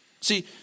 See